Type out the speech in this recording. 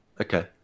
Okay